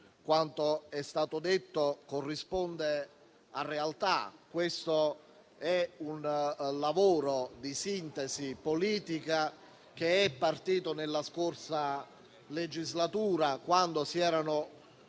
quanto è stato detto corrisponde a realtà - questo è un lavoro di sintesi politica partito nella scorsa legislatura, quando si erano